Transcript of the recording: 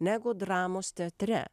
negu dramos teatre